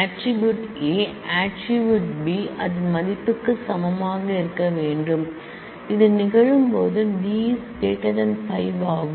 attribute A attribute B அதன் மதிப்புக்கு சமமாக இருக்க வேண்டும் அது நிகழும்போது D 5 ஆகும்